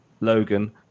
Logan